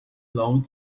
long